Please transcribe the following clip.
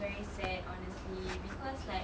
very sad honestly cause like